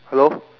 hello